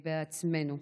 בעצמנו.